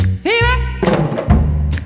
Fever